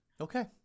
okay